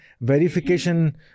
verification